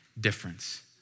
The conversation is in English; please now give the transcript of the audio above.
difference